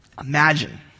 Imagine